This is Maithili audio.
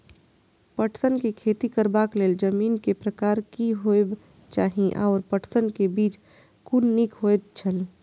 पटसन के खेती करबाक लेल जमीन के प्रकार की होबेय चाही आओर पटसन के बीज कुन निक होऐत छल?